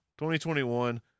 2021